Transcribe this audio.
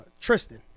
Tristan